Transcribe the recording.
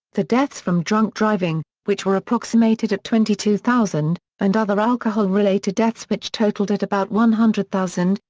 the deaths from drunk driving, which were approximated at twenty two thousand, and other alcohol related deaths which totaled at about one hundred thousand,